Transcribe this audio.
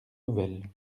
nouvelles